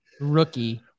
rookie